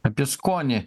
apie skonį